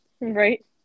Right